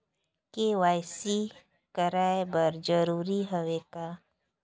KYC कराय बर जरूरी हवे का?